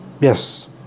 yes